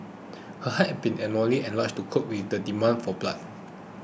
her heart had been abnormally enlarged to cope with the demand for blood